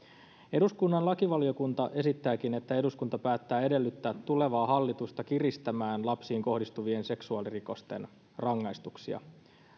eduskunnan lakivaliokunta esittääkin että eduskunta päättää edellyttää tulevaa hallitusta kiristämään lapsiin kohdistuvien seksuaalirikosten rangaistuksia